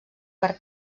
per